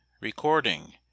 Recording